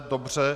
Dobře.